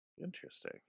Interesting